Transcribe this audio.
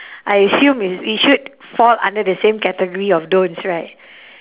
I assume is it should fall under the same category of don'ts right